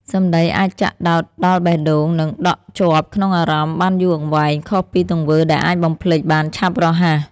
សម្ដីអាចចាក់ដោតដល់បេះដូង និងដក់ជាប់ក្នុងអារម្មណ៍បានយូរអង្វែង ខុសពីទង្វើដែលអាចបំភ្លេចបានឆាប់រហ័ស។